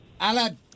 Alan